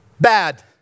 bad